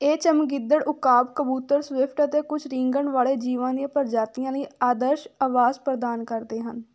ਇਹ ਚਮਗਿੱਦੜ ਉਕਾਬ ਕਬੂਤਰ ਸਵਿਫਟ ਅਤੇ ਕੁੱਝ ਰੀਂਗਣ ਵਾਲੇ ਜੀਵਾਂ ਦੀਆਂ ਪ੍ਰਜਾਤੀਆਂ ਲਈ ਆਦਰਸ਼ ਆਵਾਸ ਪ੍ਰਦਾਨ ਕਰਦੇ ਹਨ